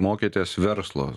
mokėtės verslo